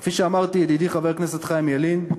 כפי שאמרתי, ידידי חבר הכנסת חיים ילין,